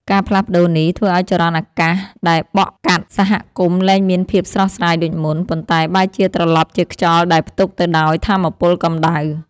ការផ្លាស់ប្តូរនេះធ្វើឱ្យចរន្តអាកាសដែលបក់កាត់សហគមន៍លែងមានភាពស្រស់ស្រាយដូចមុន ប៉ុន្តែបែរជាត្រឡប់ជាខ្យល់ដែលផ្ទុកទៅដោយថាមពលកម្ដៅ។